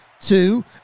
Two